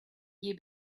year